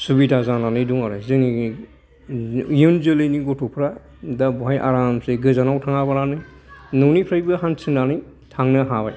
सुबिदा जानानै दं आरो जोंनि इउन जोलैनि गथ'फ्रा दा बेवहाय गोजानाव थाङाबालानो न'निफ्राइ हान्थिनानैबो थांनो हाबाय